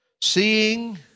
Seeing